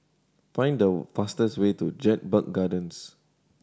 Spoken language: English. find the fastest way to Jedburgh Gardens